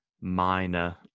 minor